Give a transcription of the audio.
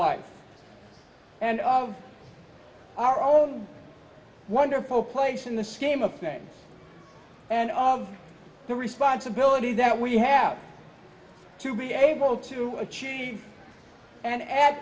life and of our own wonderful place in the scheme of things and all of the responsibility that we have to be able to achieve and add